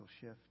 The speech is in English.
shift